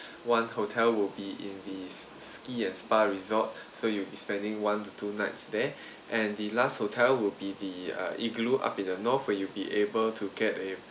one hotel will be in these ski and spa resort so you will be spending one to two nights there and the last hotel will be the uh igloo up in the north where you'll be able to get a